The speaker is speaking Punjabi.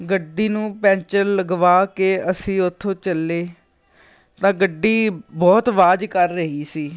ਗੱਡੀ ਨੂੰ ਪੈਂਚਰ ਲਗਵਾ ਕੇ ਅਸੀਂ ਉੱਥੋਂ ਚੱਲੇ ਤਾਂ ਗੱਡੀ ਬਹੁਤ ਅਵਾਜ ਕਰ ਰਹੀ ਸੀ